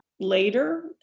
later